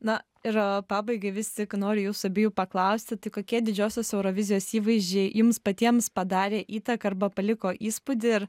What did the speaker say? na ir pabaigai vis tik noriu jūsų abiejų paklausti tai kokie didžiosios eurovizijos įvaizdžiai jums patiems padarė įtaką arba paliko įspūdį ir